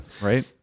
Right